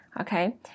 okay